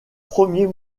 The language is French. premier